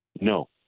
no